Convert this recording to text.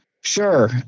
Sure